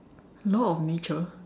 law of nature